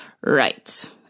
Right